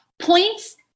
points